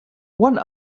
one